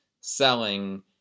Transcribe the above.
selling